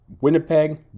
Winnipeg